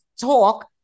talk